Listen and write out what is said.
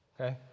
okay